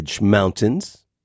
mountains